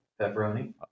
pepperoni